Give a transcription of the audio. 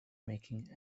making